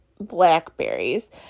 blackberries